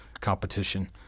competition